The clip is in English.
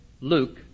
Luke